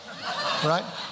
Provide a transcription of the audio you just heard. Right